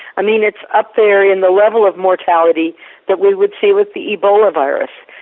i mean, it's up there in the level of mortality that we would see with the ebola virus.